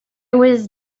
was